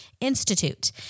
Institute